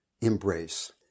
embrace